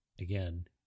again